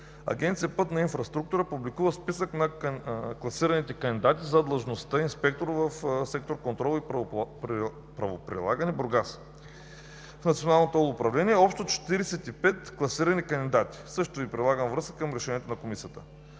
Агенция „Пътна инфраструктура“ публикува списък на класираните кандидати за длъжността „инспектор“ в сектор „Контрол и правоприлагане“ – Бургас, в Национално ТОЛ управление, общо 45 класирани кандидати. Същото Ви прилагам във връзка към решението на Комисията.